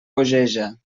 bogeja